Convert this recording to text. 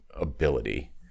ability